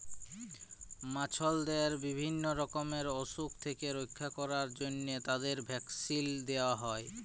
মাছদের বিভিল্য রকমের অসুখ থেক্যে রক্ষা ক্যরার জন্হে তাদের ভ্যাকসিল দেয়া হ্যয়ে